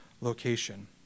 location